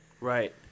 Right